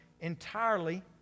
entirely